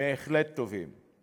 בהחלט טובים.